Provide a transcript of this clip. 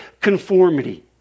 conformity